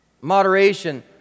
Moderation